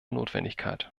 notwendigkeit